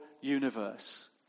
universe